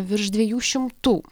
virš dviejų šimtų